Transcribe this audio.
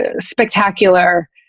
spectacular